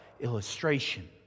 illustration